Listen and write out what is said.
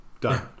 Done